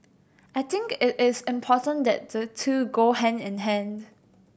I think it it is important that the two go hand in hand